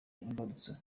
imbarutso